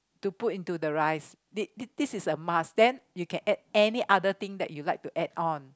to put into the rice this this is a must then you can add any other thing that you like to add on